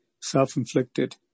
self-inflicted